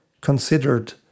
considered